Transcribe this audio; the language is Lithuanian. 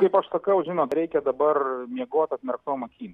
kaip aš sakau žinot reikia dabar miegot atmerktom akim